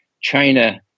China